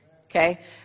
okay